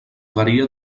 varia